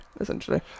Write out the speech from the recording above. essentially